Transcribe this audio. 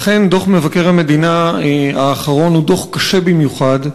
אכן, דוח מבקר המדינה האחרון הוא דוח קשה במיוחד,